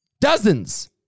Dozens